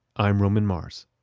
i'm roman mars.